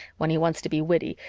when he wants to be witty,